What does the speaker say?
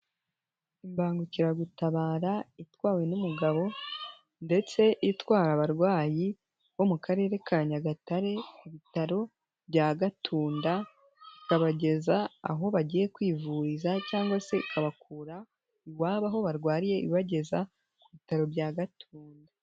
Imbangukiragutabara itwawe n'umugabo, ndetse itwara abarwayi bo mu karere ka Nyagatare ibitaro bya Gatunda, ikabageza aho bagiye kwivuriza cyangwa se ikabakura, iwabo aho barwariye ibageza ku bitaro bya Gatunda.